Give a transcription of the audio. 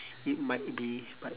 it might be but